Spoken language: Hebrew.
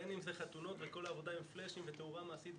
בין אם זה חתונות וכל העבודה עם פלשים ותאורה מעשית,